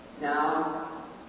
Now